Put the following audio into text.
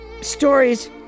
stories